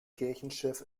kirchenschiff